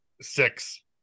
six